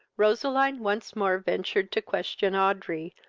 roseline once more ventured to question audrey,